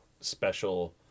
special